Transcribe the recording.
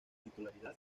titularidad